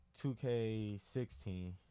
2K16